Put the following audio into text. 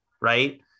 right